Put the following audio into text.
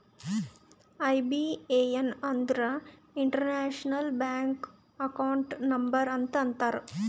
IBAN ಅಂದುರ್ international bank account number ಅಂತ ಅಂತಾರ್